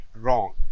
wrong